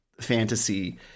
fantasy